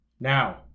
Now